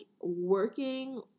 working